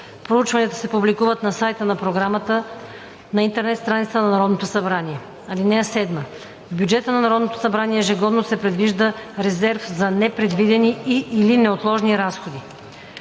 Проучванията се публикуват на сайта на програмата на интернет страницата на Народното събрание. (7) В бюджета на Народното събрание ежегодно се предвижда резерв за непредвидени и/или неотложни разходи.